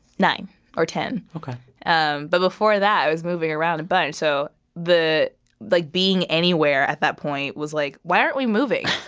nine or ten point ok um but before that, i was moving around a bunch. so the like, being anywhere at that point was like, why aren't we moving?